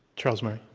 charles murray.